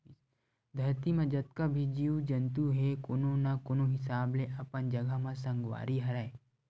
धरती म जतका भी जीव जंतु हे कोनो न कोनो हिसाब ले अपन जघा म संगवारी हरय